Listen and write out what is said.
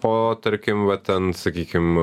o tarkim va ten sakykim